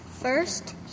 First